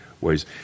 ways